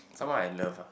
someone I love ah